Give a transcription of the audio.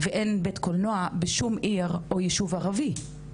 ואין בית קולנוע בשום עיר או יישוב ערבי.